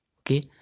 Okay